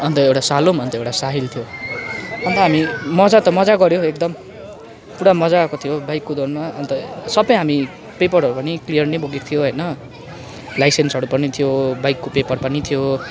अन्त एउटा सालोम अन्त एउटा साहिल थियो अन्त हामी मज्जा त मज्जा गऱ्यो एकदम पुरा मज्जा आएको थियो बाइक कुदाउनुमा अन्त सबै हामी पेपरहरू पनि क्लियर नै बोकेको थियो होइन लाइसेन्सहरू पनि थियो बाइकको पेपर पनि थियो